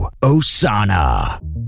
Osana